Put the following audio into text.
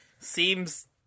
Seems